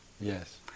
Yes